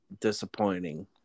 disappointing